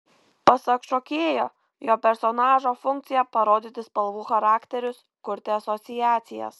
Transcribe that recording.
pasak šokėjo jo personažo funkcija parodyti spalvų charakterius kurti asociacijas